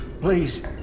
please